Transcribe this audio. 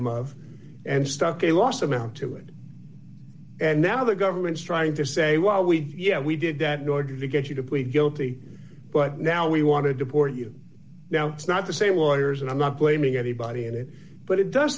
him of and stuck a loss amount to it and now the government's trying to say well we yeah we did that in order to get you to plead guilty but now we want to deport you now it's not the same lawyers and i'm not blaming everybody in it but it does